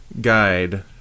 Guide